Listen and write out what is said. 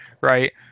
right